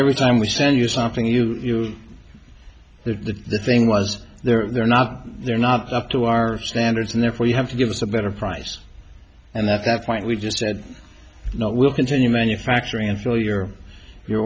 every time we send you something you use the thing was they're not they're not up to our standards and therefore you have to give us a better price and at that point we just said no we'll continue manufacturing until your your